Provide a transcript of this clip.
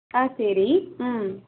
ஆ சரி ம்